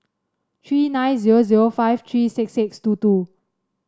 three nine zero zero five three six six two two